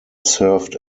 served